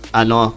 ano